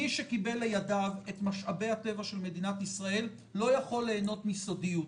שמי שקיבל לידיו את משאבי הטבע של מדינת ישראל לא יכול ליהנות מסודיות.